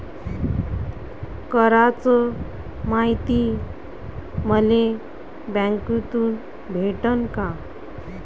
कराच मायती मले बँकेतून भेटन का?